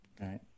right